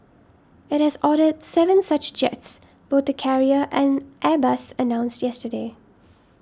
it has ordered seven such jets both the carrier and Airbus announced yesterday